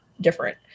different